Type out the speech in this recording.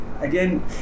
again